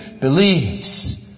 believes